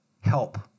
help